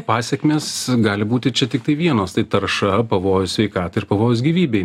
pasekmės gali būti čia tiktai vienos tai tarša pavojus sveikatai ir pavojus gyvybei